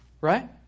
right